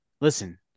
listen